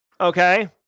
okay